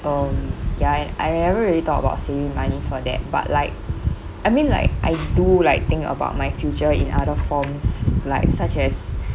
um ya and I never really thought about saving money for that but like I mean like I do like think about my future in other forms like such as